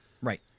Right